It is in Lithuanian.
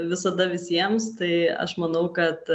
visada visiems tai aš manau kad